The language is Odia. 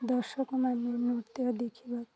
ଦର୍ଶକ ମାନେ ନୃତ୍ୟ ଦେଖିବା